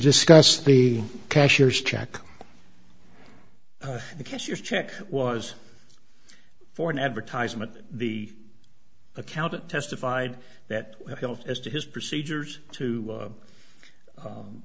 discuss the cashier's check the cashier's check was for an advertisement the accountant testified that as to his procedures to